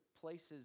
places